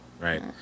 right